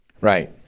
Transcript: Right